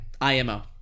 IMO